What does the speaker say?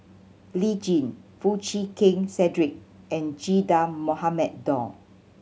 Lee Tjin Foo Chee Keng Cedric and Che Dah Mohamed Noor